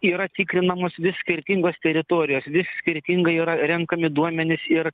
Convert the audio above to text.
yra tikrinamos vis skirtingos teritorijos vis skirtingai yra renkami duomenys ir